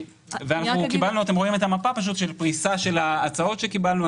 אתם רואים את המפה של פריסת ההצעות שקיבלנו.